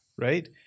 right